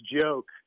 joke